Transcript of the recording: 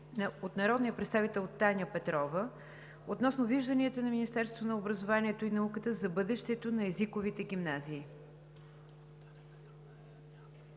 от народния представител Таня Петрова относно вижданията на Министерството на образованието и науката за бъдещето на езиковите гимназии.